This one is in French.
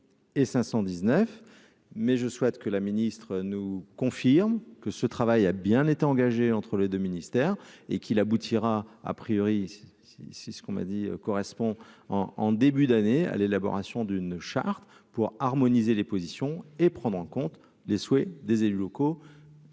et 519 mais je souhaite que la ministre nous confirme que ce travail a bien été engagée entre les 2 ministères et qu'il aboutira à priori, c'est ce qu'on m'a dit correspond en en début d'année à l'élaboration d'une charte pour harmoniser les positions et prendre en compte les souhaits des élus locaux.